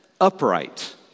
upright